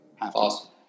Awesome